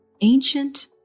ancient